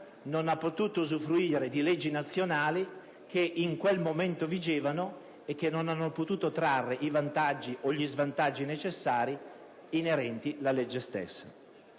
non ha potuto usufruire di leggi nazionali che in quel momento vigevano e non ha potuto trarre i vantaggi o gli svantaggi necessari inerenti alla legge stessa.